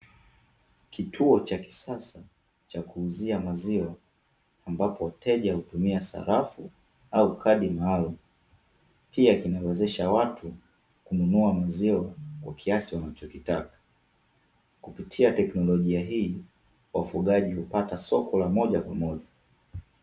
Kituo cha kisasa cha kuuzia maziwa ambapo wateja hutumia sarafu au kadi maalumu. Pia kinawezesha watu kununua maziwa, kwa kiasi wanachokitaka. Kupitia tekinolojia hii, wafugaji hupata soko la moja kwa moja.